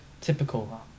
Typical